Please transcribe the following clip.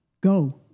go